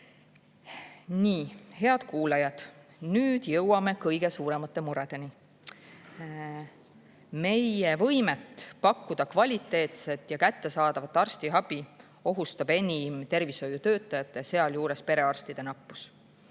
Head kuulajad! Nüüd jõuame kõige suuremate muredeni. Meie võimet pakkuda kvaliteetset ja kättesaadavat arstiabi ohustab enim tervishoiutöötajate, sealjuures perearstide nappus.